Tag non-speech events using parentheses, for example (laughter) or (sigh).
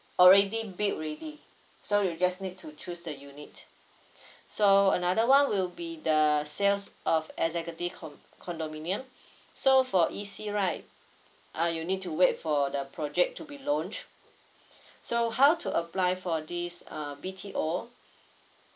already build already so you just need to choose the unit (breath) so another one will be the sales of executive com~ condominium (breath) so for E_C right uh you need to wait for the project to be launch (breath) so how to apply for this uh B_T_O